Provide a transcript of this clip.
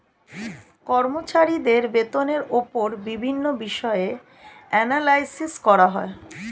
কর্মচারীদের বেতনের উপর বিভিন্ন বিষয়ে অ্যানালাইসিস করা হয়